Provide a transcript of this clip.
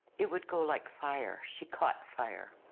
it would go like fire, she caught fire.